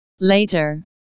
Later